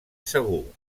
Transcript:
segur